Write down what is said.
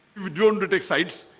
you but you undertake sites,